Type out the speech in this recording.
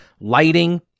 lighting